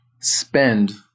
spend